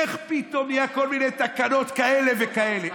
איך פתאום נהיו כל מיני תקנות כאלה וכאלה?